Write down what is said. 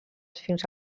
fins